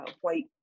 white